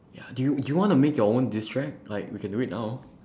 ya do you do you want to make your own diss track like we can do it now